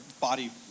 body